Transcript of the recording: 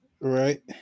Right